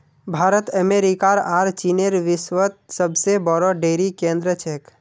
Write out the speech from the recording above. भारत अमेरिकार आर चीनेर विश्वत सबसे बोरो डेरी केंद्र छेक